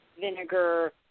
vinegar